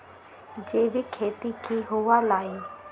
जैविक खेती की हुआ लाई?